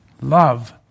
love